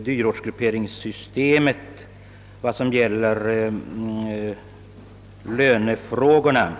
dyrortssystemets inverkan på lönefrågorna.